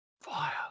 fire